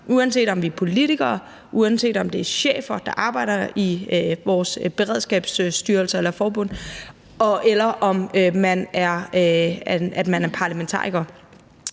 uanset om vi er politikere, uanset om det er chefer, der arbejder i vores beredskabsstyrelse eller beredskabsforbund, eller om man er parlamentariker